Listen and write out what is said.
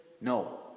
No